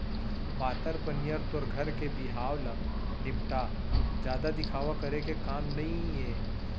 पातर पनियर तोर घर के बिहाव ल निपटा, जादा दिखावा करे के काम नइये